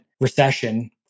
recession